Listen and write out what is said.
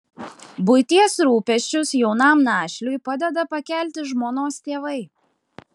buities rūpesčius jaunam našliui padeda pakelti žmonos tėvai